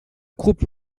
croupe